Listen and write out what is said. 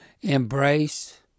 embrace